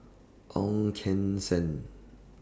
Ong Keng Sen